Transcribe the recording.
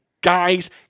guys